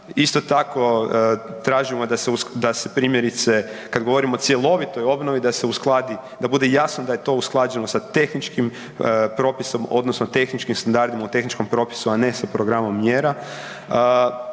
Isto tako tražimo da se primjerice, kad govorimo o cjelovitoj obnovi, da se uskladi, da bude jasno da je to usklađeno sa tehničkim propisom odnosno tehničkim standardima u tehničkom propisu a ne sa programom mjera.